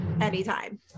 anytime